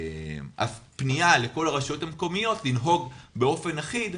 פנייה לכל הרשויות המקומיות לנהוג באופן אחיד,